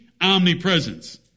omnipresence